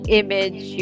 image